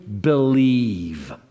believe